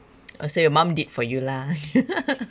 oh so your mum did for you lah